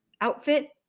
outfit